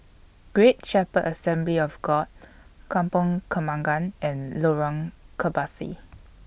Great Shepherd Assembly of God Kampong Kembangan and Lorong Kebasi